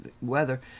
weather